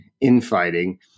infighting